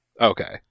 Okay